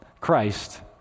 Christ